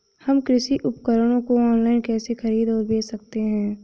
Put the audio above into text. हम कृषि उपकरणों को ऑनलाइन कैसे खरीद और बेच सकते हैं?